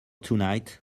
tonight